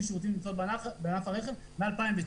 שירותים ומקצועות בענף הרכב מ-2019,